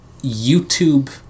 YouTube